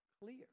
clear